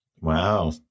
Wow